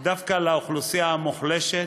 דווקא לאוכלוסייה המוחלשת,